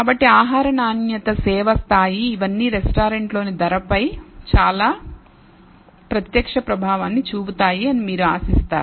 కాబట్టి ఆహార నాణ్యత సేవ స్థాయి ఇవన్నీ రెస్టారెంట్ లోని ధరపై చాలా ప్రత్యక్ష ప్రభావాన్ని చూపుతాయి అని మీరు ఆశిస్తారు